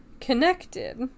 connected